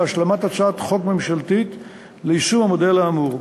להשלמת הצעת חוק ממשלתית ליישום המודל האמור.